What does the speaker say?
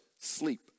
sleep